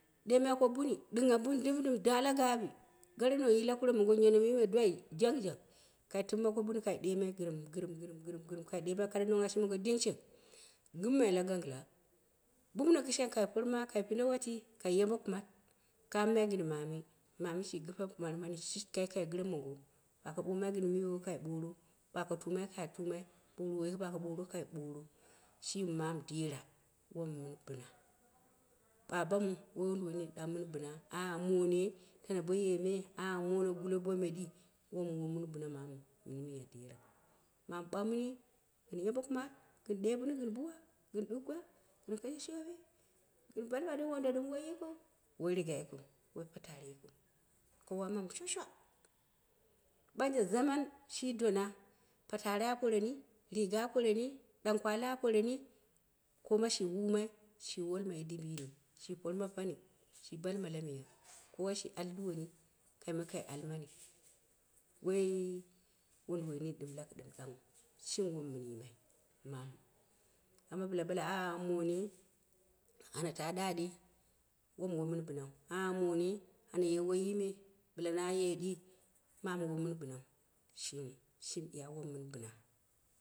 Deemai ko buni dɨngha buni ɗɨm da la gaawi gare nang yila kure mogo, yonom dɨm mɨ dwai janyang kai timma bo buni kai deemai gɨrɨp gɨrɨp gɨrɨp kai deemai kara nong ashi mongo dinkɨm. Gɨmmai la ganggila, bunbuno kishan kai pama kai pinde wati kai yambe kumat kamai gɨn maami mi shi gɨpe kuar mani ship kai kai gɨre mongo, bo aka boomai ko miyewo, kai bororo ba aka tuma ka tumai bo wunduwoi yiki, bo akai ɓoro kai ɓoro shimi mamu. Dera wom mɨn bɨna baa bamu woi wunduwoi nini ɗang mɨn bina agh moone tano bo yeme, angh moon er gule bome ɗii wom wo bina mamuu mini miya derau. Mamu ɓaumuni, mi ɨn yambe kumat gɨn dee buni gɨn buwa gɨn dɨu gwa, gɨn kashi shoowi gɨn ɓalma ɗɨm. Wondo wai yikiu, woi riga yikiu, woi patari yi kiu, aka wamu shwa shwa ɓanje zaman shi donna patari poreni, riga a pore ni, ɗankwai a poreni koma shi ɗɨurimai shi wolmai dimbiyini shi porma pani shi balma la miya, kowa shi al dowoni kaima kai almani, woi wunduwoi nini laka ɗangghu shimi wom mini mɨn yimai mamu angha bɨla ka ɓale anghu moone ana taa daa ɗii wom won mɨn binau, moone ane ye woyime bila na ye ɗii mama woi min bina shimi shit awomu wn mɨn bina.